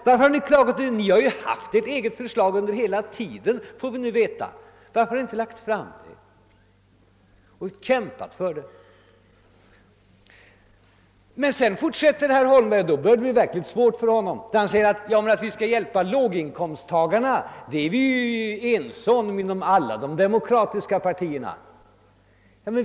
Varför har ni inte kämpat för det förslag som vi nu får veta att ni hela tiden haft? Herr Holmberg fortsätter — och då börjar det bli verkligt svårt för honom — sitt resonemang med att säga att alla de demokratiska partierna är ense om att man skall hjälpa låginkomsttagarna.